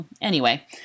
Anyway